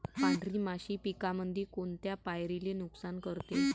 पांढरी माशी पिकामंदी कोनत्या पायरीले नुकसान करते?